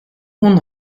hon